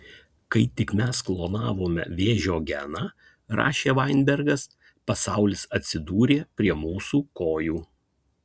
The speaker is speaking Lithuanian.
kai tik mes klonavome vėžio geną rašė vainbergas pasaulis atsidūrė prie mūsų kojų